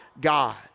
God